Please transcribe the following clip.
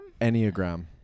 Enneagram